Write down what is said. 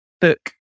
book